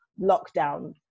lockdown